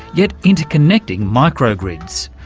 yet interconnecting micro-grids?